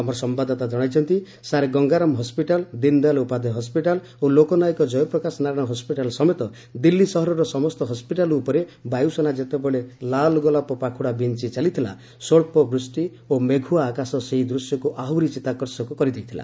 ଆମର ସମ୍ଭାଦଦାତା ଜଣାଇଛନ୍ତି sir Gangaram hospital Deen Dayal Upadhyay hospital ଓ ଲୋକନାୟକ କୟପ୍ରକାଶ ନାରାୟଣ ହସ୍ପିଟାଲ ସମେତ ଦିଲ୍ଲୀ ସହରର ସମସ୍ତ ହସ୍ପିଟାଲ ଉପରେ ବାୟୁସେନା ଯେତେବେଳେ ଲାଲଗୋଲାପ ପାଖୁଡା ବିଞ୍ଚ୍ଚ ଚାଲିଥିଲା ସ୍ୱଚ୍ଚ ବୃଷ୍ଟି ଓ ମେଘୁଆ ଆକାଶ ସେହି ଦୃଶ୍ୟକୁ ଆହୁରି ଚିତାକର୍ଷକ କରିଦେଇଥିଲା